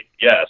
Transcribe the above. yes